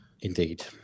Indeed